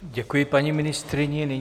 Děkuji paní ministryni.